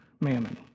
mammon